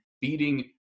beating